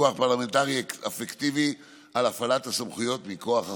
פיקוח פרלמנטרי אפקטיבי על הפעלת הסמכויות מכוח החוק.